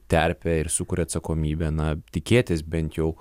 terpę ir sukuria atsakomybę na tikėtis bent jau